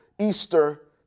Easter